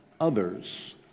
others